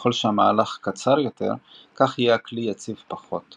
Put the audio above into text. ככל שהמהלך קצר יותר כך יהיה הכלי יציב פחות.